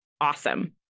awesome